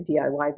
diy